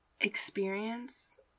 experience